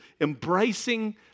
embracing